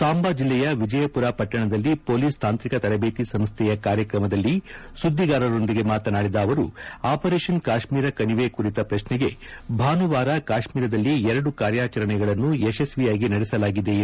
ಸಾಂಬಾ ಜಿಲ್ಲೆಯ ವಿಜಯಪುರ ಪಟ್ನಣದಲ್ಲಿ ಪೊಲೀಸ್ ತಾಂತ್ರಿಕ ತರಬೇತಿ ಸಂಸ್ದೆಯ ಕಾರ್ಯಕ್ರಮದಲ್ಲಿ ಸುದ್ದಿಗಾರರೊಂದಿಗೆ ಮಾತನಾಡುತ್ತಿದ್ದ ಅವರು ಆಪರೇಷನ್ ಕಾಶ್ಟೀರ ಕಣಿವೆ ಕುರಿತ ಪ್ರಶ್ನೆಗೆ ಭಾನುವಾರ ಕಾಶ್ಮೀರದಲ್ಲಿ ಎರಡು ಕಾರ್ಯಾಚರಣೆಗಳನ್ನು ಯಶಸ್ತಿಯಾಗಿ ನಡೆಸಲಾಗಿದೆ ಎಂದು ಉತ್ತರಿಸಿದರು